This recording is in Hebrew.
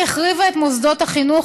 היא החריבה את מוסדות החינוך,